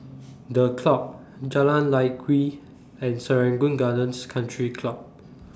The Club Jalan Lye Kwee and Serangoon Gardens Country Club